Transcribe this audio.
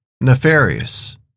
nefarious